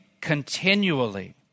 continually